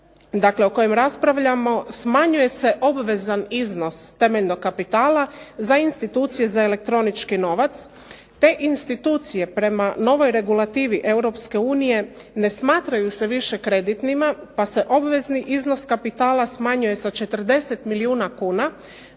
dakle o kojem raspravljamo, smanjuje se obvezan iznos temeljnog kapitala za institucije za elektronički novac, te institucije prema novoj regulativi Europske unije ne smatraju se više kreditnima pa se obvezni iznos kapitala smanjuje sa 40 milijuna kuna